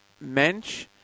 Mensch